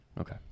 Okay